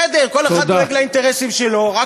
בסדר, כל אחד דואג לאינטרסים שלו, תודה.